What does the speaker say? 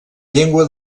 llengua